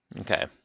Okay